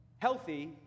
healthy